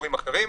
לציבורים אחרים.